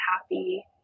happy